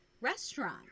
restaurant